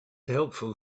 helpful